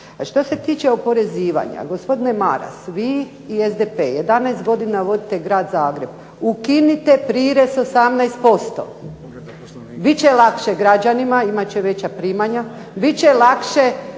što se tiče oporezivanja gospodine Maras, vi i SDP 11 godina vodite grad Zagreb. Ukinute prirez 18%, bit će lakše građanima, imate će veća primanja, bit će lakše